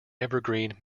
evergreen